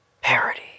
parody